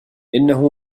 إنه